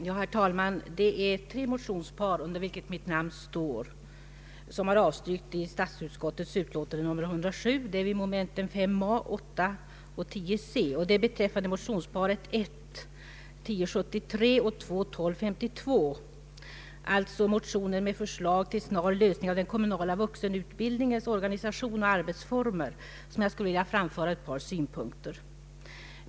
Herr talman! Det är tre motionspar under vilka mitt namn står som har avstyrkts i statsutskottets utlåtande nr 107. Det gäller punkterna 5a, 8 och 10c. Beträffande motionsparen 1: 1073 och II: 1252, alltså motioner med förslag till snar lösning av den kommunala vuxenutbildningens organisation och arbetsformer, skulle jag vilja framföra ett par synpunkter.